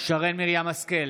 שרן מרים השכל,